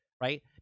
right